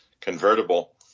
convertible